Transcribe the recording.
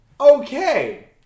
Okay